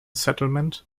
settlement